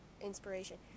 inspiration